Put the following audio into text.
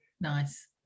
Nice